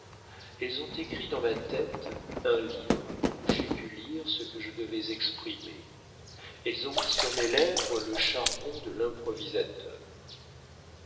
elles ont écrit dans ma tête un livre où j'ai pu lire ce que je devais exprimer elles ont mis sur mes lèvres le charbon de